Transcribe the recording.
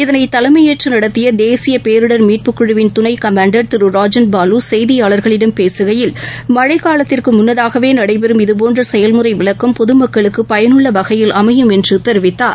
இதனைதலைமையேற்றுநடத்தியதேசியபேரிடர் மீட்புக்குழுவின் துணைகமாண்டர் ராஜன்பாலுசெய்தியாளர்களிடம் மழைகாலத்திற்குமுன்னதாகவேநடைபெறும் இதபோன்றசெயல்முறைவிளக்கம் பொதுமக்களுக்குபயனுள்ளவகையில் அமையும் என்றுதெரிவித்தார்